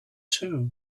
too